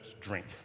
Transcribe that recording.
drink